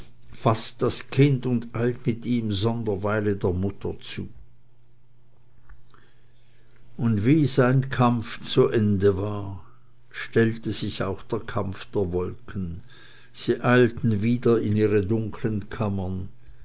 faßt das kind und eilt mit ihm sonder weile der mutter zu und wie sein kampf zu ende war stillte sich auch der kampf der wolken sie eilten wieder in ihre dunkeln kammern